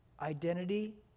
Identity